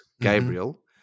Gabriel